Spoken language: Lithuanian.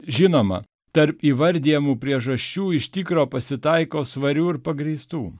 žinoma tarp įvardijamų priežasčių iš tikro pasitaiko svarių ir pagrįstų